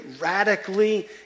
radically